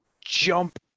jump